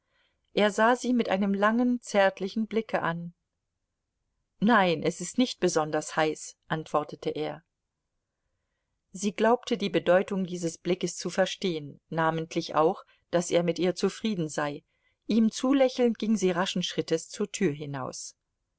er sah sie mit einem langen zärtlichen blicke an nein es ist nicht besonders heiß antwortete er sie glaubte die bedeutung dieses blickes zu verstehen namentlich auch daß er mit ihr zufrieden sei ihm zulächelnd ging sie raschen schrittes zur tür hinaus